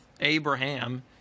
Abraham